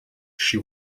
she